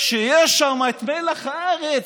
שיש שם את מלח הארץ,